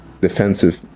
defensive